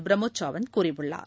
பிரமோத் சாவந்த் கூறியுள்ளார்